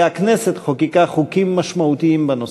והכנסת חוקקה חוקים משמעותיים בנושא.